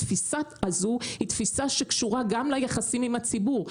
התפיסה הזו היא תפיסה שקשורה גם ליחסים עם הציבור,